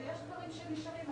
ויש דברים שנשארים,